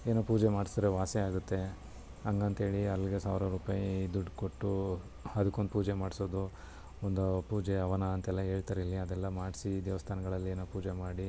ಏನೋ ಪೂಜೆ ಮಾಡ್ಸಿದ್ರೆ ವಾಸಿ ಆಗುತ್ತೆ ಹಂಗಂಥೇಳಿ ಅಲ್ಲಿಗೆ ಸಾವ್ರಾರು ರೂಪಾಯಿ ದುಡ್ಡು ಕೊಟ್ಟು ಅದಕ್ಕೆ ಒಂದು ಪೂಜೆ ಮಾಡಿಸೋದು ಒಂದು ಪೂಜೆ ಹವನ ಅಂತೆಲ್ಲ ಹೇಳ್ತಾರೆ ಅದೆಲ್ಲ ಮಾಡಿಸಿ ದೇವಸ್ಥಾನಗಳಲ್ಲಿ ಏನೋ ಪೂಜೆ ಮಾಡಿ